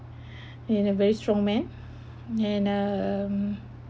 and a very strong man and um